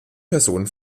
personen